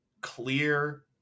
clear